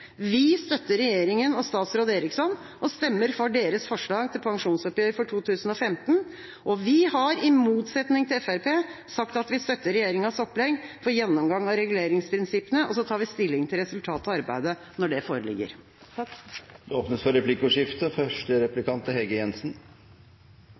Vi støtter regjeringa og statsråd Eriksson og stemmer for deres forslag til pensjonsoppgjør for 2015, og vi har, i motsetning til Fremskrittspartiet, sagt at vi støtter regjeringas opplegg for gjennomgang av reguleringsprinsippene, og så tar vi stilling til resultatet av arbeidet når det foreligger. Det blir replikkordskifte.